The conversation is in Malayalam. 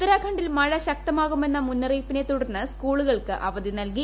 ഉത്തരാഖണ്ഡിൽ മഴ ശക്തമാകുമെന്ന മുന്നറിയിപ്പിനെ തുടർന്ന് സ്കൂളുകൾക്ക് അവധി നൽകി